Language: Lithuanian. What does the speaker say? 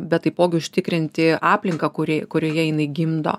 bet taipogi užtikrinti aplinką kuri kurioje jinai gimdo